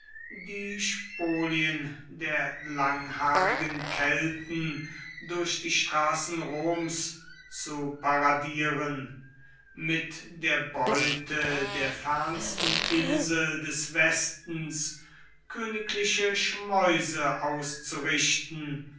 die spolien der langhaarigen kelten durch die straßen roms zu paradieren mit der beute der fernsten insel des westens königliche schmäuse auszurichten